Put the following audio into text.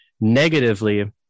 negatively